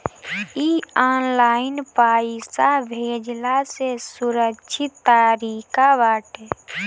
इ ऑनलाइन पईसा भेजला से सुरक्षित तरीका बाटे